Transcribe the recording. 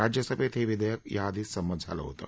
राज्यसभेत हे विधेयक याआधीच संमत झालं होतं